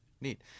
Neat